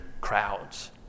crowds